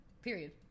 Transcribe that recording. Period